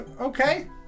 Okay